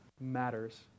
matters